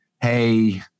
hey